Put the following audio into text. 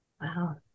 wow